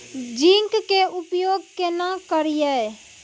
Zinc के उपयोग केना करये?